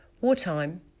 Wartime